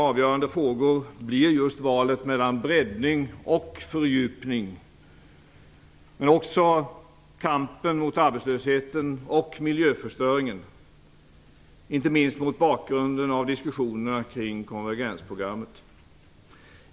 Avgörande frågor blir just valet mellan breddning och fördjupning men också kampen mot arbetslösheten och miljöförstöringen, inte minst mot bakgrund av diskussionerna kring konvergensprogrammet.